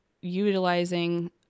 utilizing